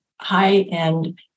high-end